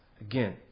again